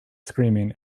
screaming